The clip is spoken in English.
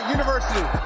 University